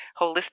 holistic